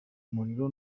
muriro